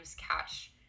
catch